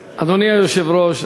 היושב-ראש.